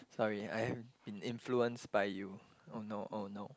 sorry I have been influenced by you oh no oh no